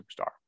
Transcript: superstar